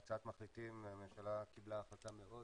בהצעת מחליטים הממשלה קיבלה החלטה מאוד